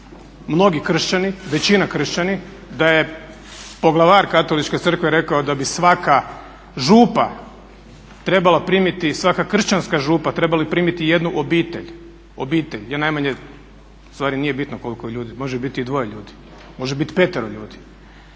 mnogi Kršćani, većina Kršćani. Da je poglavar Katoličke crkve rekao da bi svaka župa trebala primiti, svaka kršćanska župa trebali primiti jednu obitelj je najmanje, u stvari nije bitno koliko ljudi, može biti i dvoje ljudi, može biti petero ljudi.